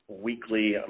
weekly